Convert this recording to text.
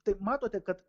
taip matote kad